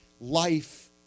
Life